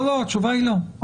לא, התשובה היא לא.